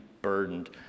burdened